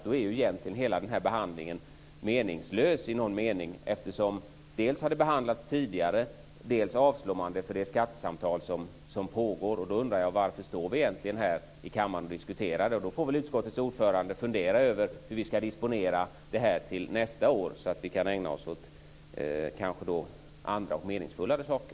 Då är egentligen hela den här behandlingen meningslös i någon mening, eftersom ärendet dels har behandlats tidigare, dels avstyrks det med tanke på de skattesamtal som pågår. Då undrar jag: Varför står vi här i kammaren och diskuterar det? Då får utskottets ordförande fundera över hur vi skall disponera det här till nästa år så att vi kan ägna oss åt andra och meningsfullare saker.